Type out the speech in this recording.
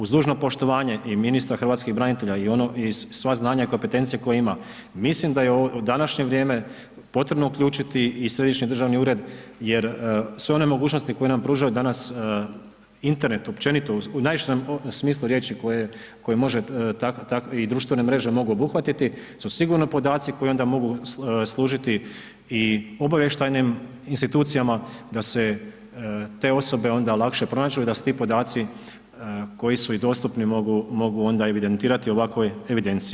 Uz dužno poštovanje i ministra hrvatskih branitelja i sva znanja i kompetencije koje ima, mislim da je u današnje vrijeme potrebno uključiti i središnji državni ured jer sve one mogućnosti koje nam pružaju danas Internet općenito, u najširem smislu riječi koje može i društvene mreže mogu obuhvatiti su sigurno podaci koji onda mogu služiti obavještajnim institucijama da se te osobe onda lakše pronađu i da se ti podaci koji su i dostupni mogu onda evidentirati u ovakvoj evidenciji.